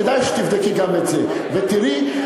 כדאי שתבדקי גם את זה, ותראי.